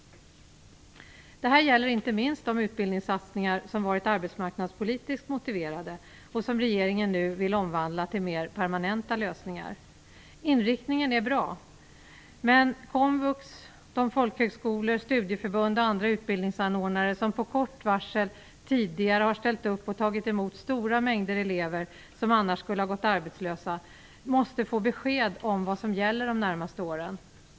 Det här gäller inte minst de utbildningssatsningar som varit arbetsmarknadspolitiskt motiverade och som regeringen nu vill omvandla till mer permanenta lösningar. Inriktningen är bra, men komvux, de folkhögskolor, studieförbund och andra utbildningsanordnare som på kort varsel tidigare har ställt upp och tagit emot stora mängder elever som annars skulle ha gått arbetslösa måste få besked om vad som gäller de närmaste åren.